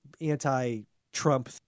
anti-Trump